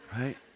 Right